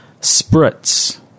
spritz